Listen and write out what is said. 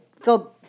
go